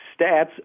stats